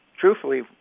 truthfully